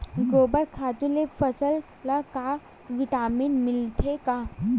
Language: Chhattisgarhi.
गोबर खातु ले फसल ल का विटामिन मिलथे का?